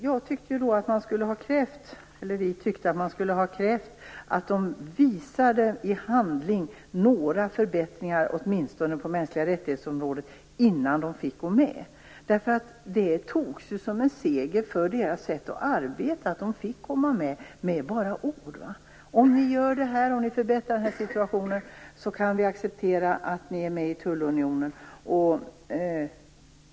Vi tyckte att man skulle ha krävt att Turkiet visade åtminstone några förbättringar i handling på området mänskliga rättigheter innan det fick gå med. Det togs som en seger för dess sätt att arbeta att det fick komma med. Det var bara ord. Man sade: Om ni gör detta och förbättrar den här situationen kan vi acceptera att ni är med i tullunionen.